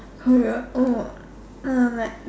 career oh um like